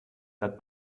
that